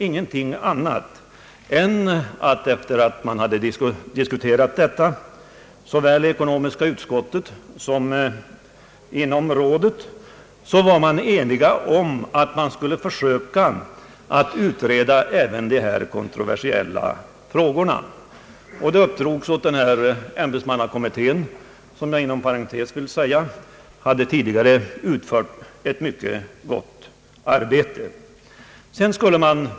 Ingenting annat hände än att man efter diskussioner såväl i ekonomiska utskottet som inom rådet var enig om att försök skulle göras att utreda även de kontroversiella frågorna. Det uppdrogs åt ämbetsmannagruppen, som jag inom parentes vill säga tidigare hade utfört ett mycket gott arbete, att göra detta.